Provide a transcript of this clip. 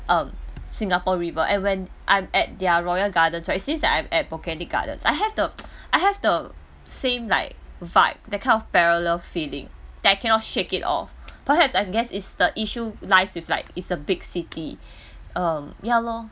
um singapore river and when I'm at their royal gardens right it seems that I'm at botanic gardens I have the I have the same like vibe that kind of parallel feeling that I cannot shake it off perhaps I guess is the issue lies with like it's a big city um ya lor